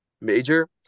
major